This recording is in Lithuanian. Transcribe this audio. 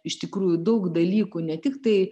iš tikrųjų daug dalykų ne tiktai